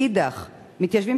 מאידך גיסא,